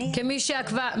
אני מתוסכלת.